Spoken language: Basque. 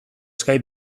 skype